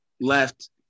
left